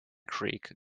creek